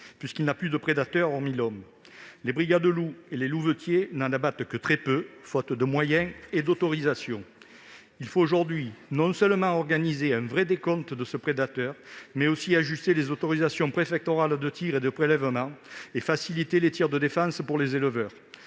puisqu'il n'a plus de prédateur, hormis l'homme ? Les brigades loup et les louvetiers n'abattent que très peu de bêtes, faute de moyens et d'autorisations. Nous devons non seulement organiser un vrai décompte de la population de ce prédateur, mais aussi ajuster les autorisations préfectorales de tirs de prélèvements et faciliter les tirs de défense pour les éleveurs.